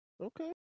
Okay